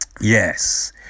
yes